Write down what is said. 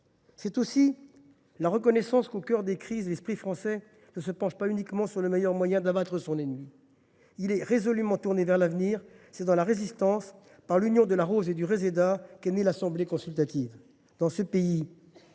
forte qu’auparavant. Au cœur des crises, l’esprit français ne se penche pas uniquement sur le meilleur moyen d’abattre son ennemi, il est résolument tourné vers l’avenir. C’est dans la Résistance, par l’union de la rose et du réséda, qu’est née l’Assemblée consultative. Dans ce pays